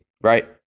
right